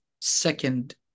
second